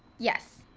yes.